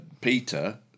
Peter